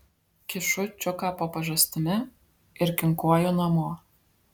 kišu čiuką po pažastimi ir kinkuoju namo